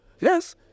Yes